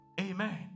Amen